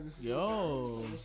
Yo